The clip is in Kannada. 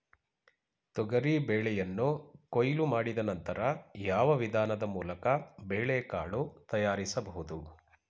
ತೊಗರಿ ಬೇಳೆಯನ್ನು ಕೊಯ್ಲು ಮಾಡಿದ ನಂತರ ಯಾವ ವಿಧಾನದ ಮೂಲಕ ಬೇಳೆಕಾಳು ತಯಾರಿಸಬಹುದು?